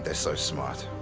ah so smart.